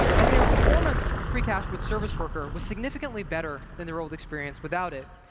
and their performance precached with service worker was significantly better than their old experience without it.